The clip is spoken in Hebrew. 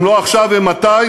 אם לא עכשיו, אימתי?